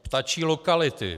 Ptačí lokality.